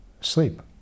sleep